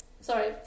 sorry